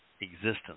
existence